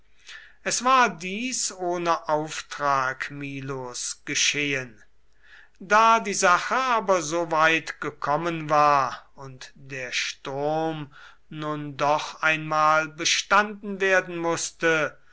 es war dies ohne auftrag milos geschehen da die sache aber so weit gekommen war und der sturm nun doch einmal bestanden werden mußte